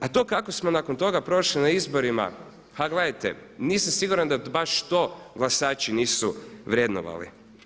A to kako smo nakon toga prošli na izborima pa gledajte nisam siguran da baš to glasači nisu vrednovali.